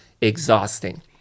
exhausting